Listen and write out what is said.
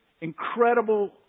incredible